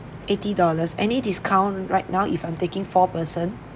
eighty dollars any discount right now if I'm taking four person